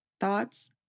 thoughts